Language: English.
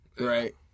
right